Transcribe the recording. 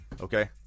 Okay